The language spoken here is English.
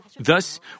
Thus